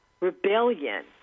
rebellion